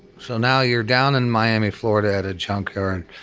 so now you're down in miami, florida at a junk yard,